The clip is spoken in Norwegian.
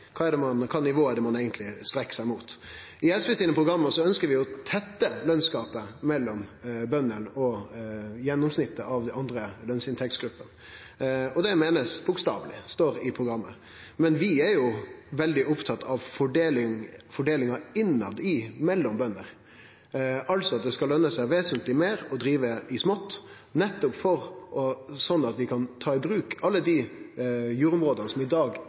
kva er det ein eigentleg vil her, kva nivå er det ein eigentleg strekkjer seg mot? I SVs program ønskjer vi å tette lønnsgapet mellom bøndene og gjennomsnittet av dei andre lønsinntektsgruppene, og det er meint bokstaveleg, det står i programmet. Men vi er veldig opptatt av fordelinga mellom bønder, altså at det skal løne seg vesentleg meir å drive i smått, slik at vi kan ta i bruk alle dei jordområda som i dag